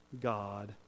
God